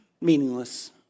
meaningless